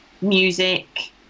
music